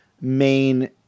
main